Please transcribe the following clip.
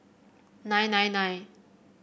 nine nine nine